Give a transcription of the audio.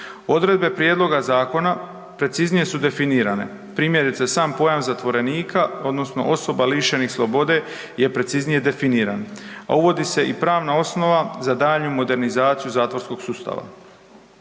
Odredbe prijedloga zakona preciznije su definirane; primjerice, sam pojam zatvorenika, odnosno osoba lišenih slobode je preciznije definiran, a uvodi se i pravna osoba za daljnju modernizaciju zatvorskog sustava.